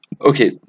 Okay